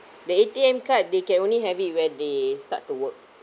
the A_T_M card they can only have it when they start to work